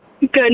Good